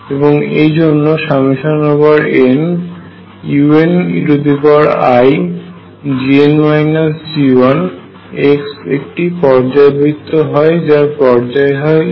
এবং এইজন্য nuneix একটি পর্যায়বৃত্ত হয় যার পর্যায় হয় a